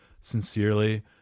Sincerely